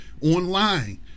online